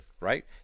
right